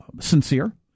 sincere